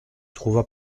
trouva